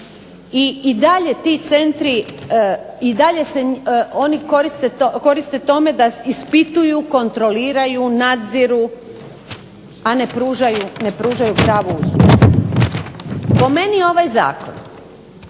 I dalje ti centri oni koriste tome da ispituju, kontroliraju, nadziru a ne pružaju pravu uslugu. Po meni ovaj zakon